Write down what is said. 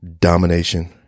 domination